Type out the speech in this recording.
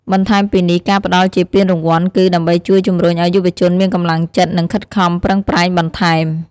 បន្ថែមពីនេះ ការផ្តល់ជាពានរង្វាន់គឺ ដើម្បីជួយជម្រុញឲ្យយុវជនមានកម្លាំងចិត្ត និងខិតខំប្រឹងប្រែងបន្ថែម។